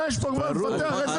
אבל גם המיקור חוץ יצטרך לפתח תוכנה.